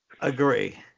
agree